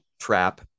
trap